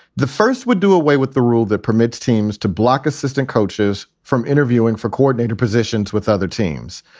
the first would do away with the rule that permits teams to block assistant coaches from interviewing for coordinator positions with other teams.